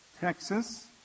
Texas